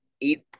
Eat